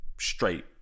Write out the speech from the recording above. Straight